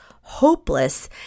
hopeless